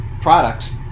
products